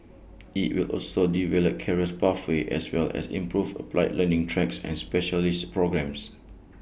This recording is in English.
IT will also develop careers pathways as well as improve applied learning tracks and specialist programmes